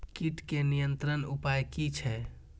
कीटके नियंत्रण उपाय कि छै?